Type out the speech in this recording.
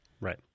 Right